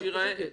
שזה ייראה,